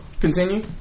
Continue